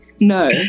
no